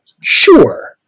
Sure